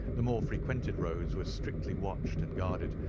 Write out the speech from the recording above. the more-frequented roads were strictly watched and guarded,